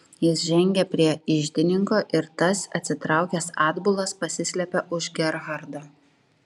jis žengė prie iždininko ir tas atsitraukęs atbulas pasislėpė už gerhardo